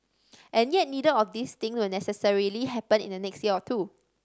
and yet neither of these things will necessarily happen in the next year or two